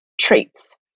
traits